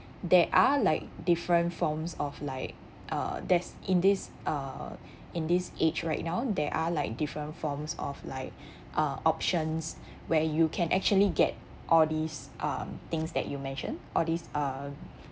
there are like different forms of like uh there's in this uh in this age right now there are like different forms of like uh options where you can actually get all these um things that you mention all these uh